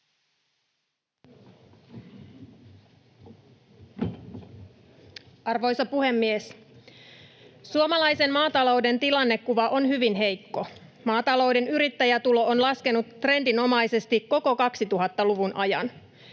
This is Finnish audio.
Arvoisa puhemies! Suomalaisen maatalouden tilannekuva on hyvin heikko. Maatalouden yrittäjätulo on laskenut trendinomaisesti koko 2000-luvun ajan.